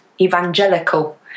evangelical